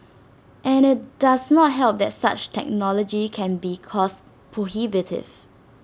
and IT does not help that such technology can be cost prohibitive